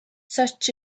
such